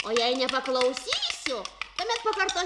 o jei nepaklausysiu tuomet pakartosiu